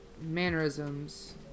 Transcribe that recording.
mannerisms